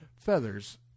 Feathers